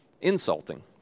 insulting